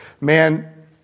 Man